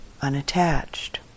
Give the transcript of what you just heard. unattached